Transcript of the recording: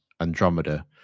Andromeda